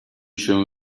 się